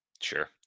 Sure